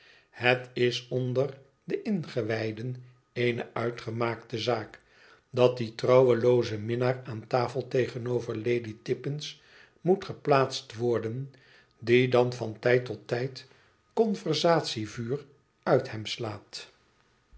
het is onder de ingewijden eene uitgemaakte zaak dat die trouwelooze minnaar aan tafel tegenover lady tippins moet geplaatst worden die dan van tijd tot tijd conversatievuur uit hem slaat